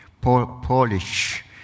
Polish